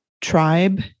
tribe